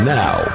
now